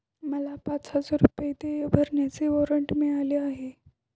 मला पाच हजार रुपये देय भरण्याचे वॉरंट मिळाले आहे